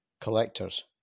Collectors